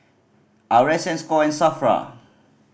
R S going SAFRA